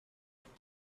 about